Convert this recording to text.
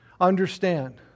understand